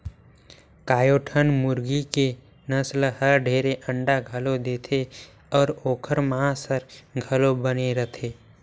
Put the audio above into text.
कयोठन मुरगी के नसल हर ढेरे अंडा घलो देथे अउ ओखर मांस हर घलो बने रथे